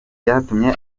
byatumye